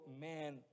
man